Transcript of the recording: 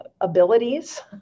abilities